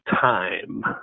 time